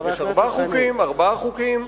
יש ארבעה חוקים.